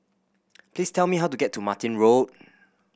please tell me how to get to Martin Road